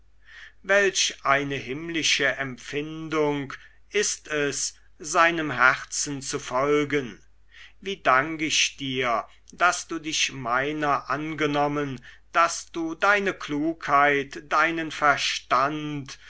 welch eine himmlische empfindung ist es seinem herzen zu folgen wie dank ich dir daß du dich meiner angenommen daß du deine klugheit deinen verstand